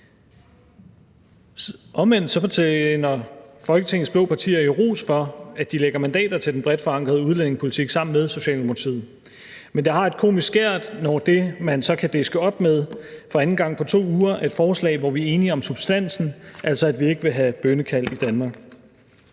Omvendt fortjener Folketingets blå partier jo ros for, at de lægger mandater til den bredt forankrede udlændingepolitik sammen med Socialdemokratiet. Men det har et komisk skær, når det, man så kan diske op med for anden gang på 2 uger, er et forslag, hvor vi er enige om substansen, altså at vi ikke vil have bønnekald i Danmark.